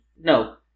no